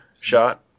shot